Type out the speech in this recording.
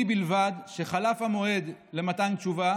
שלי בלבד, שחלף המועד למתן תשובה